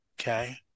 Okay